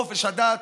חופש הדת?